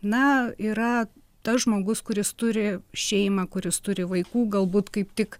na yra tas žmogus kuris turi šeimą kuris turi vaikų galbūt kaip tik